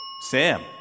Sam